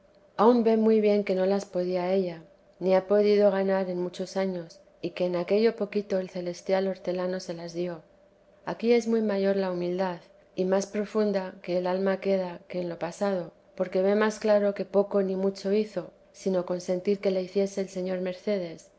aunque ve muy bien que no las podía ella ni ha podido ganar en muchos años y que en aquello poquito el celestial hortelano se las dio aquí es muy mayor la humildad y más profunda que al alma queda que en lo pasado porque ve más claro que poco ni mucho hizo sino consentir que le hiciese el señor mercedes